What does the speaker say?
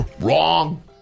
Wrong